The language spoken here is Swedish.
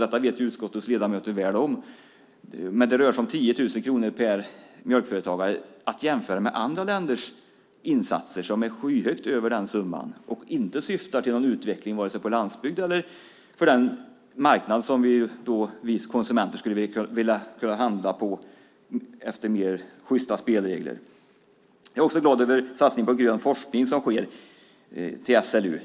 Detta vet utskottets ledamöter om, och det rör sig om 10 000 kronor per mjölkföretagare. Det är att jämföra med andra länders insatser som ligger skyhögt över den summan och varken syftar till någon utveckling på landsbygden eller på den marknad som vi konsumenter skulle kunna handla på efter mer sjysta spelregler. Jag är också glad över satsningen på grön forskning på SLU.